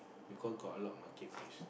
because got a lot of market place